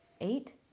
Eight